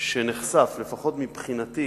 של בני-ברק שנחשף, לפחות מבחינתי,